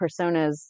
personas